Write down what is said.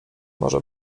może